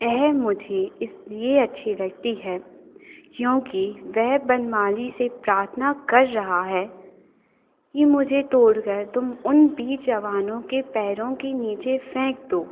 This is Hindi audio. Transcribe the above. वह मुझे इसलिए अच्छी लगती है क्योंकि वह वनमाली से प्रार्थना कर रहा है कि मुझे तोड़कर तुम उन वीर जवानों के पैरों के नीचे फ़ेंक दो